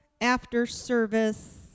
after-service